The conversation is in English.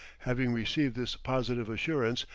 having received this positive assurance,